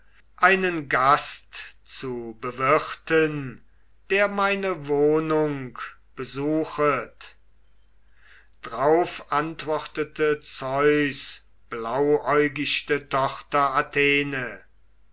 einen gast zu bewirten der meine wohnung besuchet drauf antwortete zeus blauäugichte